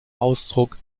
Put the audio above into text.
ausdruck